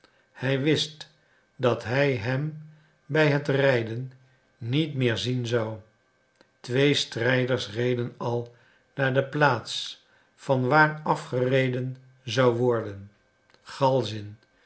hij wist dat hij hem bij het rijden niet meer zien zou twee strijders reden al naar de plaats van waar afgereden zou worden galzin